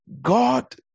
God